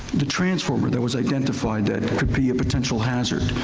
the transformer that was identified that could be a potential hazard.